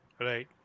Right